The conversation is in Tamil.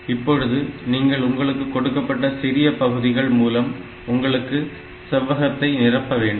இப்பொழுது நீங்கள் உங்களுக்கு கொடுக்கப்பட்ட சிறிய பகுதிகள் மூலம் உங்களுடைய செவ்வகத்தை நிரப்பவேண்டும்